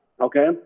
okay